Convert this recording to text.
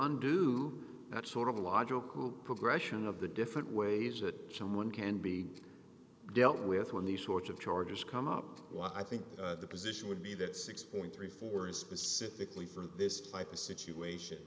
on do that sort of a logical progression of the different ways that someone can be dealt with when these sorts of charges come up i think the position would be that six point three four is specifically for this type of situation